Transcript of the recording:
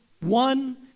one